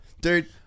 dude